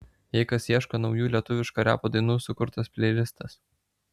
jei kas ieško naujų lietuviško repo dainų sukurtas pleilistas